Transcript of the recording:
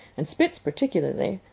and spitz particularly,